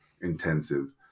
intensive